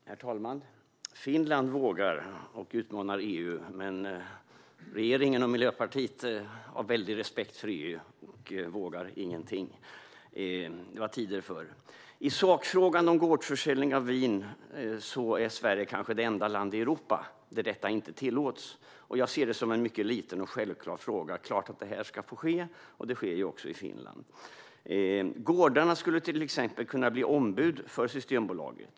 Herr talman! Finland vågar och utmanar EU. Men regeringen och Miljöpartiet har en väldig respekt för EU och vågar ingenting. Det var andra tider förr. I sakfrågan om gårdsförsäljning av vin är Sverige kanske det enda land i Europa där detta inte tillåts. Jag ser det som en mycket liten och självklar fråga. Det är klart att detta ska få ske, och det sker ju också i Finland. Gårdarna skulle till exempel kunna bli ombud för Systembolaget.